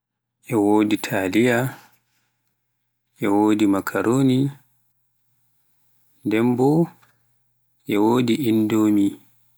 e wodi taliyaa, e wodi makaroni, nden boo e wodi indomi